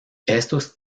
estos